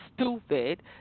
stupid